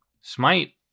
Smite